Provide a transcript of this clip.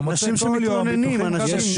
שהוא מוצא כל יום ביטוחים חדשים.